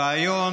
הרעיון